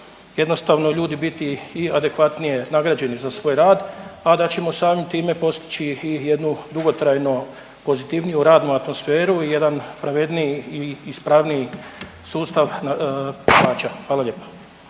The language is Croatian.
jednostavno ljudi biti i adekvatnije nagrađeni za svoj rad, a da ćemo samim time postići i jednu dugotrajno pozitivniju radnu atmosferu i jedan pravedniji i ispravniji sustav plaća, hvala lijepo.